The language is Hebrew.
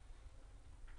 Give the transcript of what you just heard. בבקשה.